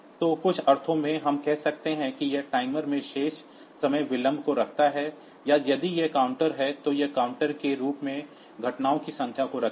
तो कुछ अर्थों में हम कह सकते हैं कि यह टाइमर में शेष समय डिले को रखता है या यदि यह काउंटर है तो यह काउंटर के रूप में घटनाओं की संख्या को रखेगा